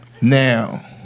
Now